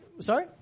Sorry